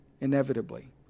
Inevitably